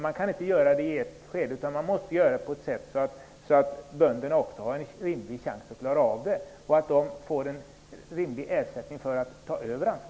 Man kan inte göra det i ett moment. Man måste göra det på sådant sätt att bönderna har en rimlig chans att klara av det och så att de får en rimlig ersättning för att ta över ansvaret.